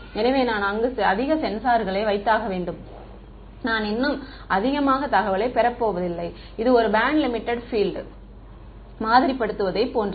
எனவே நான் அங்கு அதிக சென்சார்களை வைத்தால் நான் இன்னும் அதிகமாக தகவலைப் பெறப்போவதில்லை இது ஒரு பேண்ட் லிமிடெட் பீல்ட் மாதிரிப்படுத்துவதைப் போன்றது